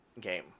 game